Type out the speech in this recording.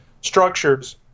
structures